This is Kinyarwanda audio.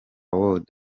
world